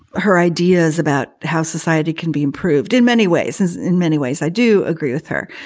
her ideas about how society can be improved in many ways is in many ways i do agree with her.